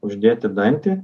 uždėti dantį